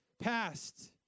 past